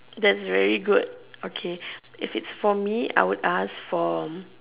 that's very good okay if it's for me I would ask from